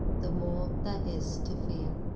the more there is to fear.